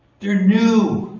they're new.